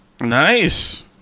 Nice